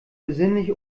besinnlich